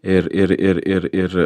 ir ir ir ir ir